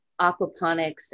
aquaponics